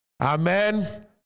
Amen